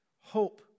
Hope